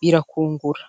birakungura.